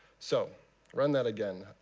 so run that again.